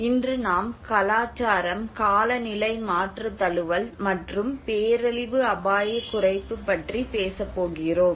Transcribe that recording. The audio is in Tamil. இன்று நாம் கலாச்சாரம் காலநிலை மாற்ற தழுவல் மற்றும் பேரழிவு அபாயக் குறைப்பு பற்றி பேசப் போகிறோம்